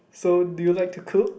so do you like to cook